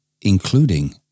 including